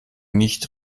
nicht